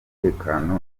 umutekano